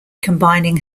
combining